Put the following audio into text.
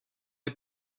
les